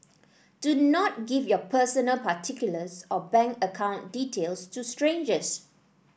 do not give your personal particulars or bank account details to strangers